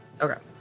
Okay